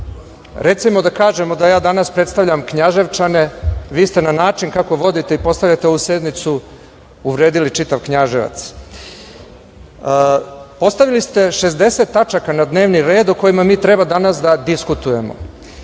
Recimo da kažemo da ja danas predstavljam Knjaževčane, a vi ste na način kako vodite i postavljate ovu sednicu uvredili čitav Knjaževac. Postavili ste 60 tačaka na dnevni red, a o kojima mi danas treba da diskutujemo.